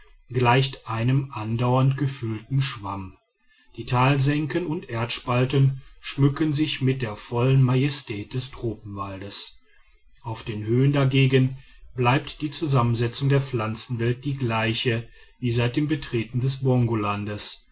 gleicht einem andauernd gefüllten schwamm die talsenken und erdspalten schmücken sich mit der vollen majestät des tropenwaldes auf den höhen dagegen bleibt die zusammensetzung der pflanzenwelt die gleiche wie seit dem betreten des